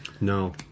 No